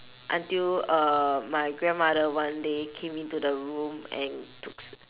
until uh my grandmother one day came into the room and took s~